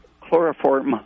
chloroform